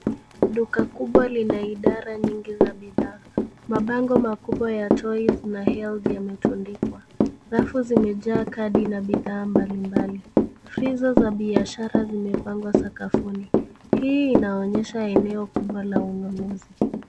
Duka kubwa lina idara nyingi za bidhaa. Mabango makubwa ya Toys na Health yametundikwa. Rafu zimejaa kadi na bidhaa mbalimbali. Freezer za biashara zimepangwa sakafuni. Hii inaonyesha eneo kubwa la ununuzi.